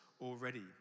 already